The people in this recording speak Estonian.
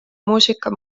muusika